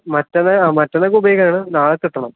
മറ്റന്നാൾ ആ മറ്റന്നാളേക്ക് ഉപയോഗിക്കാനാണ് നാളെ കിട്ടണം